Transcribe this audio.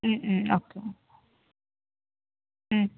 okay